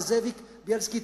וזאב בילסקי,